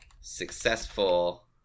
successful